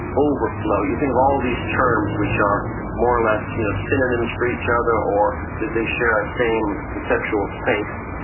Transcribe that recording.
overflow. you think of all these terms which are more or less you know synonyms for each other or that they share a same conceptual space.